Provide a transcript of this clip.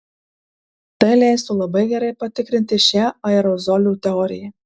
tai leistų labai gerai patikrinti šią aerozolių teoriją